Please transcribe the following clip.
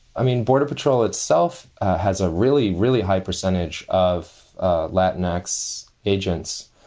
i mean, border patrol itself has a really, really high percentage of latin x agents.